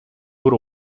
бүр